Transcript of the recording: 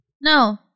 No